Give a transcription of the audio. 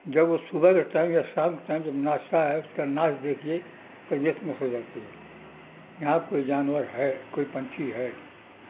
جب وہ صبح کے ٹائم یا شام کے ٹائم جب ناچتا ہے اس کا ناچ دیکھیے ہے یہاں کوئی جانور ہے کوئی پنچھی ہے